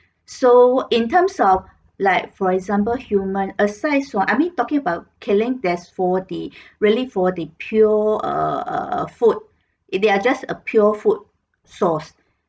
so in terms of like for example human asides for I mean talking about killing there's for the really for the pure err err err food it they are just a pure food source